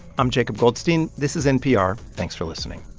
i'm jacob goldstein. this is npr. thanks for listening